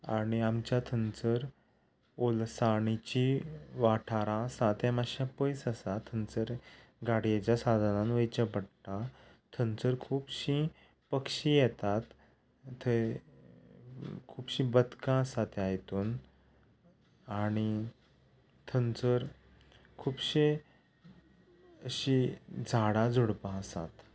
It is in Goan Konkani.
आनी आमच्या थंयसर ओलसाणीची वाठारां आसा तें मातशें पयस आसा थंयसर गाडयेच्या साधनान वयचें पडटा थंयसर खुबशीं पक्षी येतात थंय खुबशीं बदकां आसात त्या हितून आनी थंयसर खुबशे अशीं झाडां झुडपां आसात